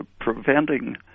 preventing